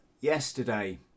yesterday